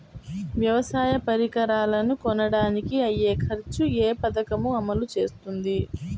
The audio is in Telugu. వ్యవసాయ పరికరాలను కొనడానికి అయ్యే ఖర్చు ఏ పదకము అమలు చేస్తుంది?